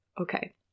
Okay